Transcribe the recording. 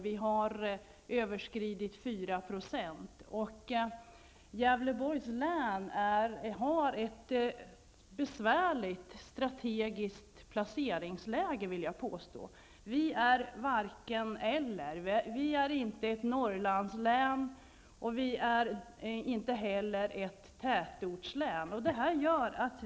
Vi har överskridit 4 %. Gävleborgs län har ett besvärligt strategiskt läge -- vi är varken/eller. Vi är inte ett Norrlandslän, och vi är inte heller ett tätortslän.